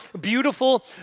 beautiful